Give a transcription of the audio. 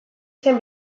zen